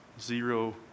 zero